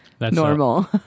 normal